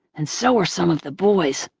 and so were some of the boys.